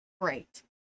great